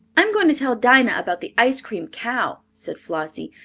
i'm going to tell dinah about the ice-cream cow, said flossie.